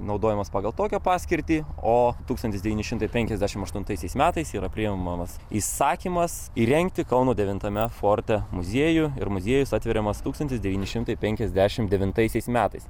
naudojamas pagal tokią paskirtį o tūkstantis devyni šimtai penkiasdešimt aštuntaisiais metais yra priimamas įsakymas įrengti kauno devintame forte muziejų ir muziejus atveriamas tūkstantis devyni šimtai penkiasdešimt devintaisiais metais